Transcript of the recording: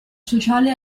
sociale